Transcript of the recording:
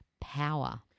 power